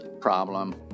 problem